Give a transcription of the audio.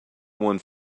one